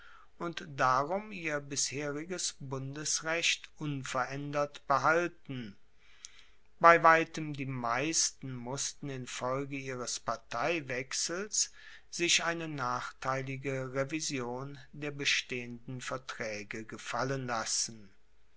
und darum ihr bisheriges bundesrecht unveraendert behalten bei weitem die meisten mussten infolge ihres parteiwechsels sich eine nachteilige revision der bestehenden vertraege gefallen lassen